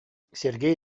сергей